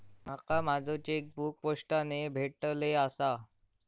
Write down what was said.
माका माझो चेकबुक पोस्टाने भेटले आसा